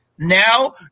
Now